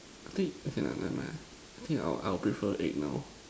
I think okay lah mind I think I would I would prefer egg now